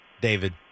David